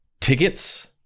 tickets